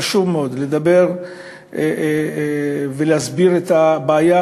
חשוב מאוד לדבר ולהסביר את הבעיה,